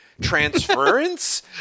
transference